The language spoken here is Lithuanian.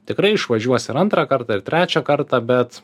tikrai išvažiuos ir antrą kartą ir trečią kartą bet